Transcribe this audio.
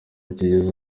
kigeze